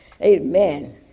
Amen